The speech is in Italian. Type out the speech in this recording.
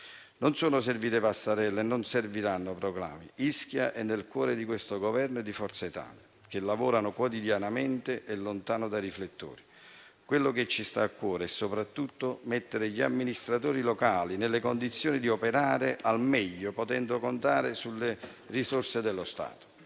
Non sono servite passerelle e non serviranno proclami. Ischia è nel cuore di questo Governo e di Forza Italia, che lavorano quotidianamente e lontano dai riflettori. Quello che ci sta a cuore è soprattutto mettere gli amministratori locali nelle condizioni di operare al meglio, potendo contare sulle risorse dello Stato.